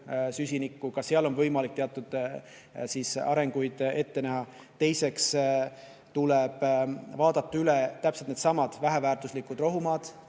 süsinikku, ka seal on võimalik teatud arengut ette näha. Teiseks tuleb vaadata üle täpselt needsamad väheväärtuslikud rohumaad,